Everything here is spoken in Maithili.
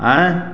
आँए